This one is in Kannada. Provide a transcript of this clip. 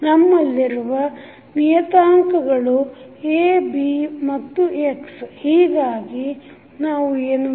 ನಮ್ಮಲ್ಲಿರುವ ನಿಯತಾಂಕಗಳು A B ಮತ್ತು x ಹೀಗಾಗಿ ನಾವು ಏನು ಮಾಡುತ್ತೇವೆ